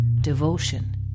Devotion